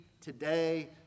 today